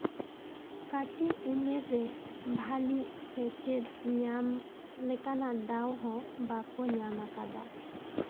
ᱠᱟᱹᱴᱤᱪ ᱩᱢᱮᱹᱨ ᱨᱮ ᱵᱷᱟᱹᱞᱤ ᱥᱮᱪᱮᱫ ᱧᱟᱢ ᱞᱮᱠᱟᱱᱟᱜ ᱫᱟᱣ ᱦᱚᱸ ᱵᱟᱠᱚ ᱧᱟᱢ ᱟᱠᱟᱫᱟ